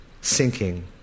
sinking